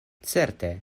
certe